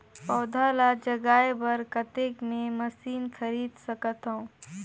पौधा ल जगाय बर कतेक मे मशीन खरीद सकथव?